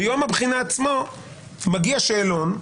שביום הבחינה עצמו מגיע שאלון,